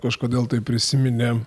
kažkodėl tai prisiminė